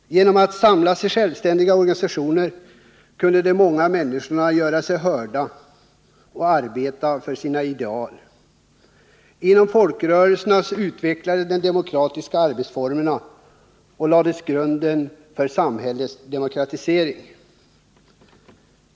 Genom att samlas i självständiga organisatio ner kunde de många människorna göra sig hörda och arbeta för sina ideal. Inom folkrörelserna utvecklades de demokratiska arbetsformerna och lades grunden för samhällets demokratisering.